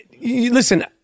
Listen